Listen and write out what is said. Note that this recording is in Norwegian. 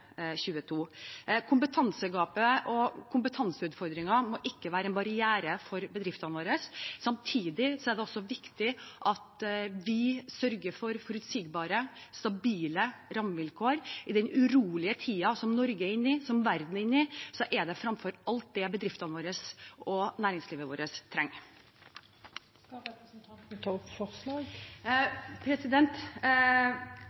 Kompetansegapet og kompetanseutfordringer må ikke være en barriere for bedriftene våre. Samtidig er det også viktig at vi sørger for forutsigbare, stabile rammevilkår. I den urolige tiden som Norge er inne i, og som verden er inne i, er det fremfor alt det bedriftene våre og næringslivet vårt trenger. Skal representanten ta opp forslag?